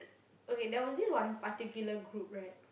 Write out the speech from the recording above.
okay there was this one particular group right